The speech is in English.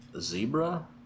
zebra